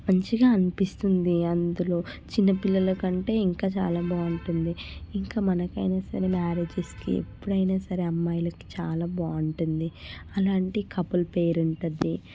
మంచిగా అనిపిస్తుంది అందులో చిన్న పిల్లల కంటే ఇంకా చాలా బాగుంటుంది ఇంకా మనకైనా సరే మ్యారేజస్కి ఎప్పుడైనా సరే అమ్మాయిలకి చాలా బాగుంటుంది అలాంటి కపుల్ పేరు ఉంటుంది